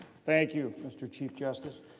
thank you mr. chief justice.